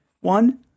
one